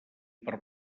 per